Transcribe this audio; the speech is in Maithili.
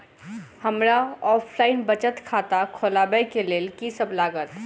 हमरा ऑफलाइन बचत खाता खोलाबै केँ लेल की सब लागत?